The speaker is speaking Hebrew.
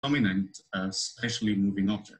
‎